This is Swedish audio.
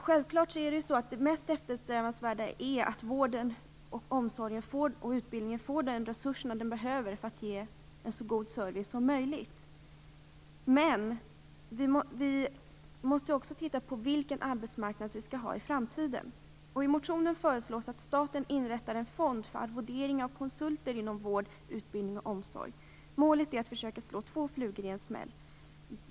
Självklart är det mest eftersträvansvärda att vården, omsorgen och utbildningen får de resurser som behövs för att det skall gå att ge en så god service som möjligt. Vi måste dock också titta på frågan om vilken arbetsmarknad vi skall ha i framtiden. I motionen föreslås att staten inrättar en fond för arvodering av konsulter inom vård, omsorg och utbildning. Målet är att slå två flugor i en smäll.